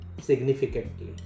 significantly